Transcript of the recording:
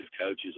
coaches